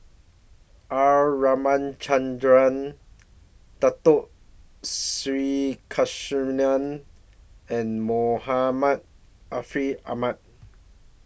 R Ramachandran Dato Sri Krishna and Muhammad Ariff Ahmad